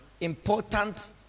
important